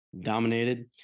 dominated